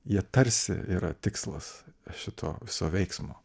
jie tarsi yra tikslas šito viso veiksmo